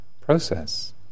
process